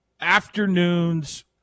afternoons